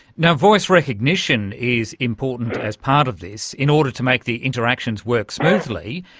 now, voice recognition is important as part of this, in order to make the interactions work smoothly.